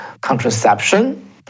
contraception